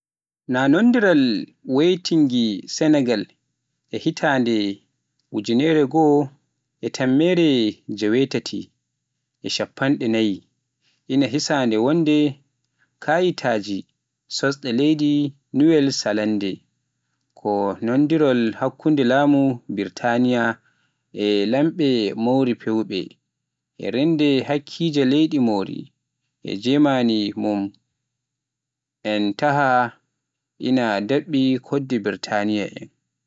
Nanondiral Waitangi, siynaangal e hitaande ujineje goo e tammere jewetaati e shappande naayi, ina hiisee wonde kaayitaaji sosɗi leydi Nuwel Selannde, Ko nanondiral hakkunde laamu Biritaan e laamɓe Māori, fawaade e reende hakkeeji leydi Māori e njiimaandi mum en tawa ina ɗaɓɓi koɗki Biritaan en.